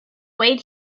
wait